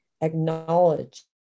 acknowledge